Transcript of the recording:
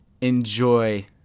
enjoy